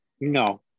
No